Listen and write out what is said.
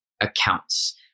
accounts